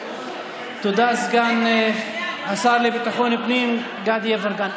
תודה, סגן השר לביטחון הפנים גדי יברקן.